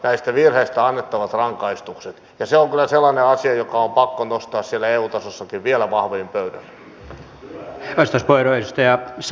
se on kyllä sellainen asia joka on pakko nostaa siellä eu tasollakin vielä vahvemmin pöydälle